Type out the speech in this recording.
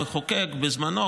המחוקק בזמנו,